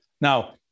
Now